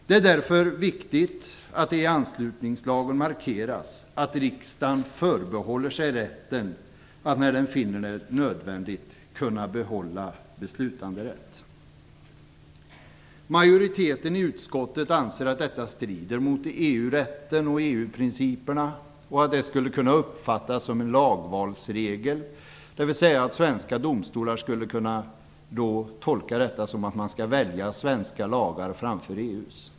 Det är därför viktigt att det i anslutningslagen markeras att riksdagen förbehåller sig rätten att, när den finner det nödvändigt, behålla beslutanderätt. Majoriteten i utskottet anser att detta strider mot EU rätten och EU-principerna och att det skulle kunna uppfattas om en lagvalsregel, dvs. att svenska domstolar skulle kunna tolka detta så att man skall välja svenska lagar framför EU:s.